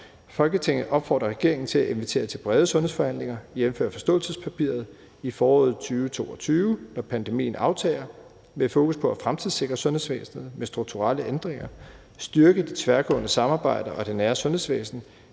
»Folketinget opfordrer regeringen til at invitere til brede sundhedsreformforhandlinger, jf. forståelsespapiret, i foråret 2022, når pandemien aftager, med fokus på at fremtidssikre sundhedsvæsenet med strukturelle ændringer, styrke de tværgående samarbejder og det nære sundhedsvæsen,